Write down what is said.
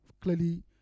clearly